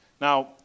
Now